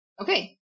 okay